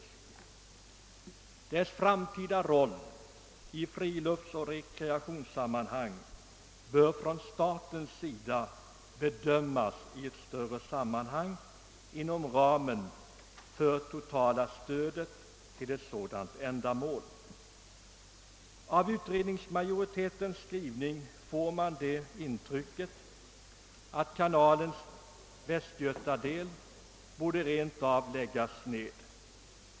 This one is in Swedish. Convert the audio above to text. Kanalens framtida roll i friluftsoch rekreationshänseende bör emellertid av staten bedömas i ett större sammanhang inom ramen för det totala stödet till sådana ändamål. Av utredningsmajoritetens skrivning får man det intrycket att kanalens västgötadel rent av bör läggas ned.